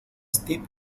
steve